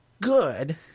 good